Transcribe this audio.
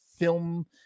film